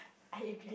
I agree